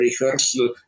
rehearsal